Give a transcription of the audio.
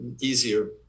easier